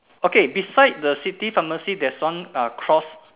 okay beside the city pharmacy there's one uh cross